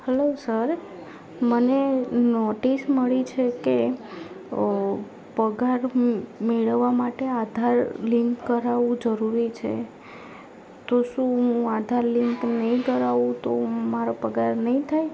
hello sir મને notice મળી છે કે પગાર હું મેળવવા માટે આધાર લિન્ક કરાવું જરૂરી છે તો શું હું આધાર લિન્ક નહીં કરાવું તો મારો પગાર નહીં થાય